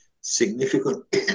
significant